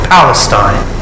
Palestine